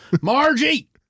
margie